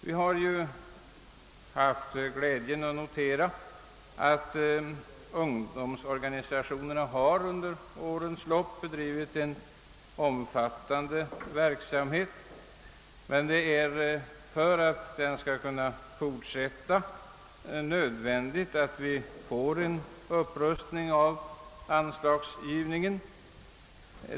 Vi har haft glädjen att notera att ungdomsorganisationerna under årens lopp har bedrivit en omfattande verksamhet. För att denna skall kunna fortsätta är det emellertid nödvändigt med en upprustning av anslagsgivningen.